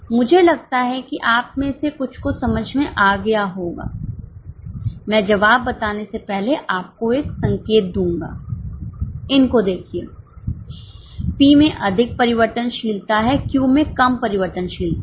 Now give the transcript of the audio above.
मुझे लगता है कि आप में से कुछ को समझ में आ गया होगा मैं जवाब बताने से पहले आपको एक संकेत दूंगा इनको देखिए P में अधिक परिवर्तनशीलता है Q में कम परिवर्तनशीलता है